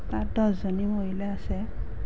তাত দহজনী মহিলা আছে